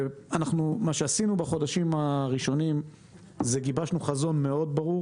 בחודשים הראשונים גיבשנו חזון מאוד ברור